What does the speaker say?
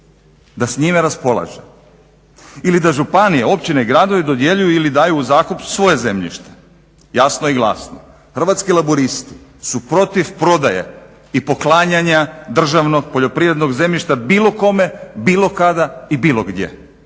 da s njime raspolaže ili da županije, općine, gradovi dodjeljuju ili daju u zakup svoje zemljište? Jasno i glasno Hrvatski laburisti su protiv prodaje i poklanjanja državnog poljoprivrednog zemljišta bilo kome, bilo kada i bilo gdje.